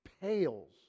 pales